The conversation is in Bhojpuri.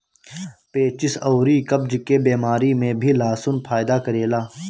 पेचिस अउरी कब्ज के बेमारी में भी लहसुन फायदा करेला